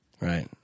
Right